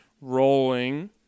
rolling